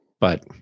but-